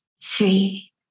three